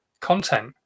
content